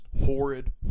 horrid